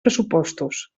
pressupostos